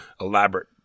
elaborate